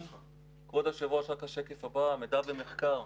כבוד היושב ראש, רק השקף הבא, מידע ומחקר.